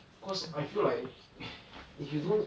cause I feel like if you don't